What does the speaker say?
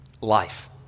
Life